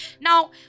now